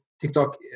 TikTok